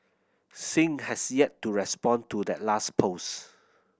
Singh has yet to respond to that last post